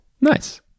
Nice